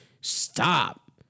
Stop